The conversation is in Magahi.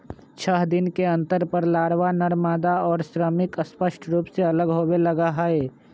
छः दिन के अंतर पर लारवा, नरमादा और श्रमिक स्पष्ट रूप से अलग होवे लगा हई